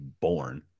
Born